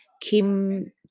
Kim